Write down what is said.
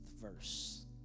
verse